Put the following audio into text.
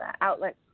outlets